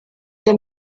denn